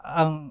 ang